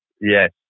Yes